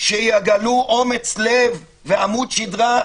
שיגלו אומץ לב ועמוד שדרה,